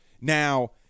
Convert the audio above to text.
Now